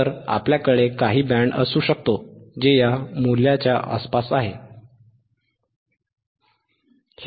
तर आपल्याकडे काही बँड असू शकतो जे या मूल्याच्या आसपास आहे बरोबर